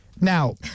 now